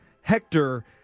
Hector